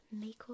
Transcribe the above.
makeup